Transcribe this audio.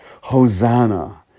Hosanna